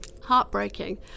Heartbreaking